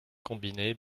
combinées